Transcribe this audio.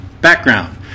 Background